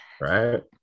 Right